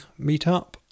meetup